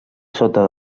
sota